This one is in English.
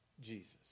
Jesus